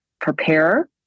prepare